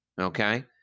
okay